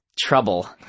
Trouble